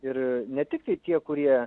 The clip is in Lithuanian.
ir ne tik tai tie kurie